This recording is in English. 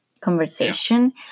conversation